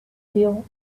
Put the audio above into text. still